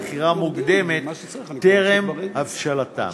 מכירה מוקדמת טרם הבשלתן.